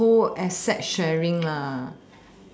coasset sharing lah